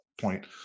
point